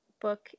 book